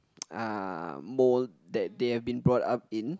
ah mould that they have been bought up in